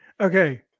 Okay